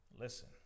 listen